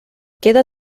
queda